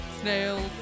snails